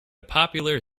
popular